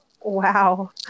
wow